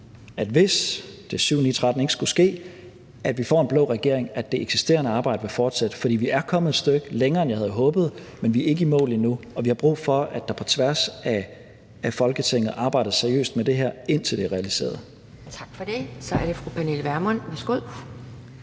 – hvis det skulle ske, at vi får en blå regering, at det eksisterende arbejde vil fortsætte, for vi er kommet et stykke længere, end jeg havde håbet, men vi er ikke i mål endnu, og vi har brug for, at der på tværs af Folketinget arbejdes seriøst med det her, indtil det er realiseret. Kl. 12:54 Anden næstformand (Pia